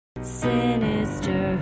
Sinister